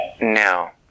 Now